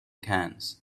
cans